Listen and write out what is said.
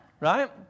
Right